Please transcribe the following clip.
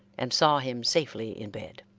and saw him safely in bed.